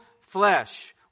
flesh